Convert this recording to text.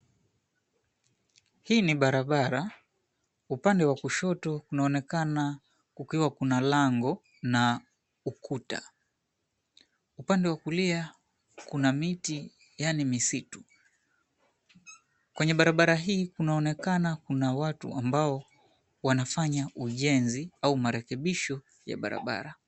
Hii ni barabara. Upande wa kushoto kunaonekana kukiwa kuna lango na ukuta. Upande wa kulia kuna miti yaani misitu. Kwenye barabara hii kunaonekana kuna watu ambao wanafanya ujenzi au marekebisho ya barabara.